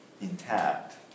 intact